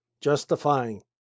justifying